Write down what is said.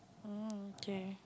um K